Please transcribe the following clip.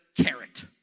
carrot